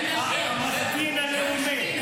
זה המשכין הלאומי.